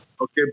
okay